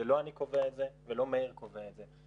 זה לא אני קובע את זה ולא מאיר קובע את זה.